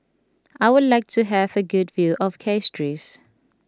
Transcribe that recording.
I would like to have a good view of Castries